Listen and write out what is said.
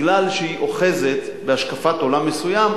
משום שהיא אוחזת בהשקפת עולם מסוימת,